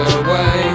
away